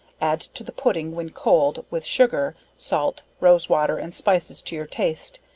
add to the pudding when cold with sugar, salt, rose-water and spices to your taste,